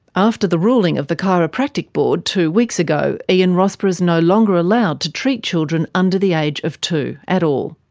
after the ruling of the chiropractic board two weeks ago, ian rossborough is no longer allowed to treat children under the age of two at all.